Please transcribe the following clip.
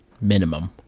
minimum